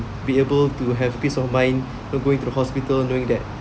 be able to have peace of mind you know going to the hospital and knowing that